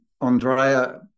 Andrea